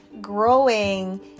growing